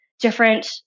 different